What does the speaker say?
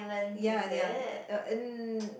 ya ya and